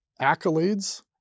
accolades